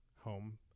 home